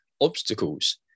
obstacles